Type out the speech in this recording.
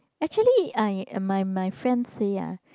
actually I am my my friend say ah